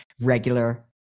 regular